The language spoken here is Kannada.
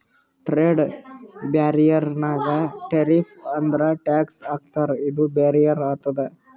ಟ್ರೇಡ್ ಬ್ಯಾರಿಯರ್ ನಾಗ್ ಟೆರಿಫ್ಸ್ ಅಂದುರ್ ಟ್ಯಾಕ್ಸ್ ಹಾಕ್ತಾರ ಇದು ಬ್ಯಾರಿಯರ್ ಆತುದ್